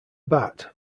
bat